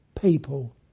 people